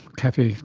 kathy,